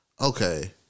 okay